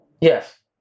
Yes